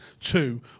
two